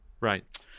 Right